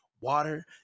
water